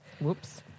Whoops